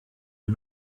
are